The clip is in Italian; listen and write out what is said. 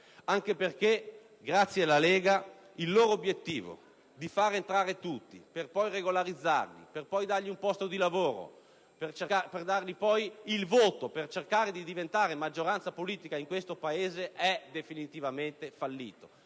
anche perché, grazie alla Lega, il loro obiettivo di far entrare tutti per poi regolarizzarli, dare loro un posto di lavoro ed il diritto di voto per cercare di diventare maggioranza politica in questo Paese, è definitivamente fallito